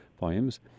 volumes